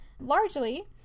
Largely